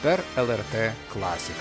per el er t klasiką